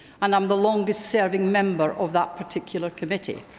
and um the longest serving member of that particular committee.